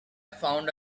found